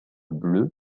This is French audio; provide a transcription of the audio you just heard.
bleu